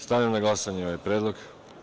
Stavljam na glasanje ovaj predlog.